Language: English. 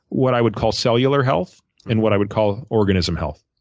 what i would call cellular health and what i would call organism health.